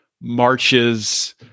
marches